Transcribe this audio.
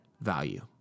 value